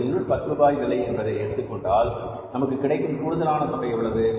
ஒரு யூனிட் 10 ரூபாய் விலை என்பதை எடுத்துக்கொண்டால் நமக்கு கிடைக்கும் கூடுதலான தொகை எவ்வளவு